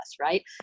right